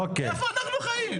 איפה אנחנו חיים?